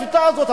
השיטה הזאת,